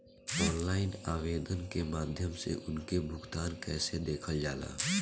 Online आवेदन के माध्यम से उनके भुगतान कैसे देखल जाला?